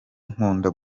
nkunda